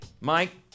Mike